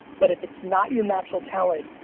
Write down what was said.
but if it's not your natural talent,